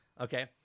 Okay